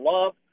Love